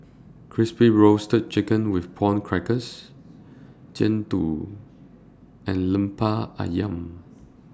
Crispy Roasted Chicken with Prawn Crackers Jian Dui and Lemper Ayam